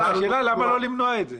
השאלה היא למה לא למנוע את זה?